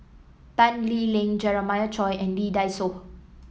Tan Lee Leng Jeremiah Choy and Lee Dai Soh